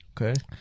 Okay